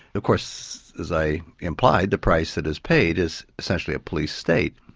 of course as i implied the price that is paid is essentially a police state.